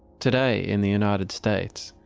today in the united states,